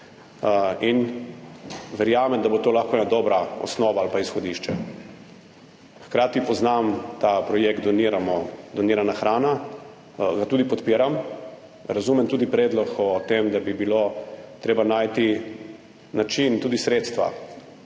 in verjamem, da bo to lahko ena dobra osnova ali pa izhodišče. Poznam ta projekt Donirana hrana, ga tudi podpiram. Razumem tudi predlog o tem, da bi bilo treba najti način, tudi sredstva,